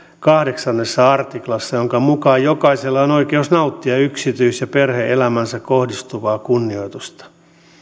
kahdeksannessa artiklassa jonka mukaan jokaisella on oikeus nauttia yksityis ja perhe elämäänsä kohdistuvaa kunnioitusta